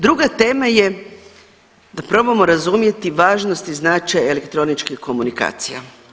Druga tema je da probamo razumjeti važnost i značaj elektroničkih komunikacija.